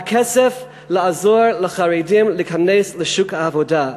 הכסף כדי לעזור לחרדים להיכנס לשוק העבודה.